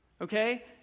okay